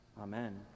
Amen